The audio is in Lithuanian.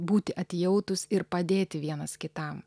būti atjautus ir padėti vienas kitam